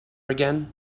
again